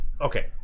okay